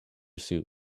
suit